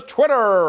Twitter